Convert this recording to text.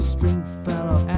Stringfellow